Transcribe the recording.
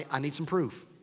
i need some proof.